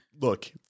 look